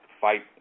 Fight